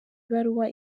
ibaruwa